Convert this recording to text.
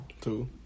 Two